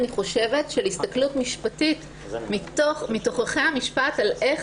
של הסתכלות משפטית מתוככי המשפט על איך